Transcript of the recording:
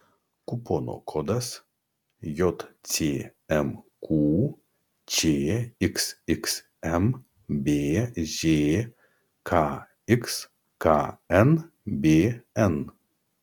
kupono kodas jcmq čxxm bžkx knbn